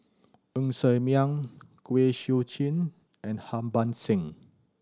Ng Ser Miang Kwek Siew Jin and Harbans Singh